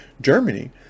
Germany